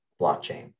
blockchain